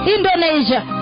Indonesia